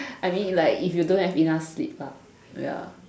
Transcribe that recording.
I mean like if you don't have enough sleep ah ya